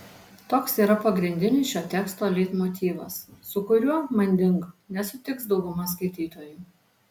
toks yra pagrindinis šio teksto leitmotyvas su kuriuo manding nesutiks dauguma skaitytojų